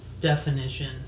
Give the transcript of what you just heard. Definition